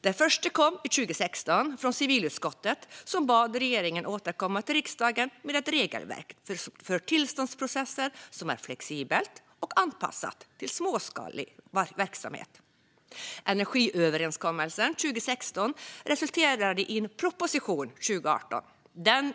Det första tillkännagivandet kom 2016 från civilutskottet, som bad regeringen återkomma till riksdagen med ett regelverk för tillståndsprocesser som är flexibelt och anpassat till småskalig verksamhet. Energiöverenskommelsen 2016 resulterade i en proposition 2018.